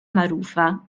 magħrufa